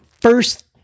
First